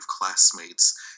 classmates